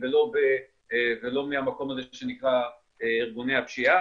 ולא מהמקום הזה שנקרא ארגוני הפשיעה.